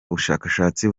ubushakashatsi